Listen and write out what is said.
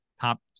top